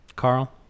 Carl